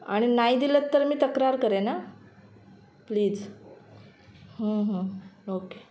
आणि नाही दिलंत तर मी तक्रार करेन आं प्लीज ओके